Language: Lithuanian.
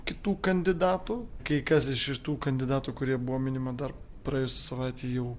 kitų kandidatų kai kas iš šitų kandidatų kurie buvo minima dar praėjusią savaitę jau